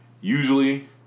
Usually